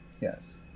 Yes